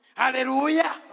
hallelujah